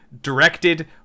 directed